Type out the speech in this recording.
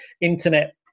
internet